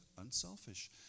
unselfish